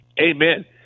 Amen